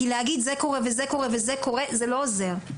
כי להגיד זה קורה וזה קורה וזה קורה זה לא עוזר,